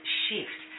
shift